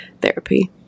therapy